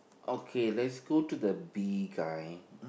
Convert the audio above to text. okay let's go to the bee guy